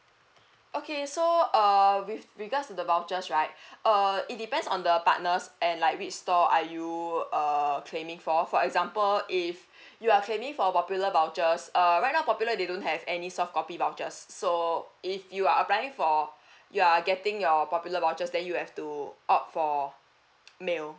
okay so err with regards to the vouchers right uh it depends on the partners and like which store are you err claiming for for example if you are claiming for popular vouchers err right now popular they don't have any softcopy vouchers so if you are applying for you are getting your popular vouchers then you have to opt for mail